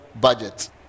budget